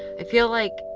i feel like,